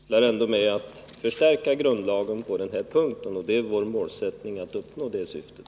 Fru talman! DALK sysslar ändå med att förstärka grundlagen på denna punkt, och det är vår målsättning att uppnå det syftet.